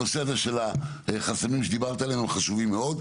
הנושא הזה של החסמים שדיברת עליהם הוא חשוב מאוד,